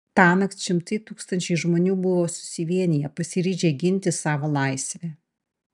tąnakt šimtai tūkstančiai žmonių buvo susivieniję pasiryžę ginti savo laisvę